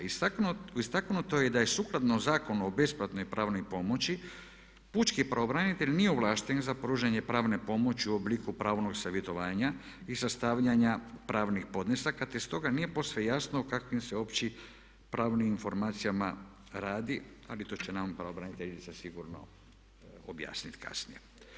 Istaknuto je da je sukladno Zakonu o besplatnoj pravnoj pomoći Pučki pravobranitelj nije ovlašten za pružanje pravne pomoći u obliku pravnog savjetovanja i sastavljanja pravnih podnesaka te stoga nije posve jasno o kakvim se općim pravnim informacijama radi ali to će nam pravobraniteljica sigurno objasniti kasnije.